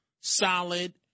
solid